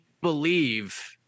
believe